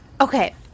Okay